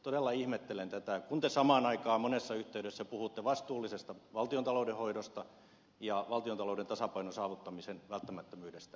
todella ihmettelen tätä kun te samaan aikaan monessa yhteydessä puhutte vastuullisesta valtiontalouden hoidosta ja valtiontalouden tasapainon saavuttamisen välttämättömyydestä